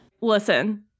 listen